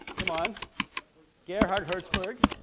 come on gerhard hertzberg,